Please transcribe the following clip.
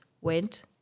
went